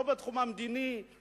לא בתחום המדיני,